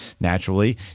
naturally